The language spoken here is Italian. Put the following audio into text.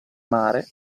mare